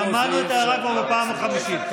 שמענו את ההערה כבר בפעם החמישית.